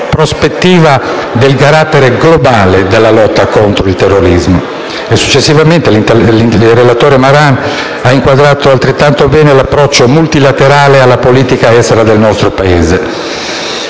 prospettiva del carattere globale della lotta contro il terrorismo. Successivamente, il relatore Maran ha inquadrato altrettanto bene l'approccio multilaterale alla politica estera del nostro Paese.